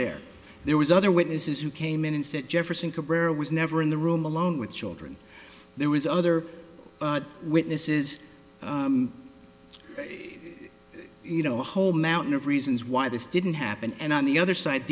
there there was other witnesses who came in and said jefferson cabrera was never in the room alone with children there was other witnesses you know whole mountain of reasons why this didn't happen and on the other side